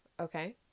okay